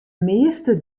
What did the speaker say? measte